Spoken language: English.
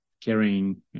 carrying